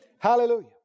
Hallelujah